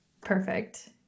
perfect